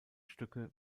stücke